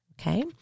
Okay